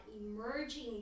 emerging